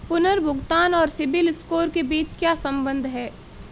पुनर्भुगतान और CIBIL score के बीच क्या संबंध है?